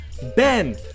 Ben